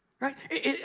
right